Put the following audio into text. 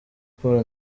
paul